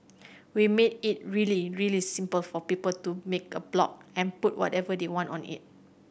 we made it really really simple for people to make a blog and put whatever they want on it